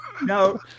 No